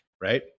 right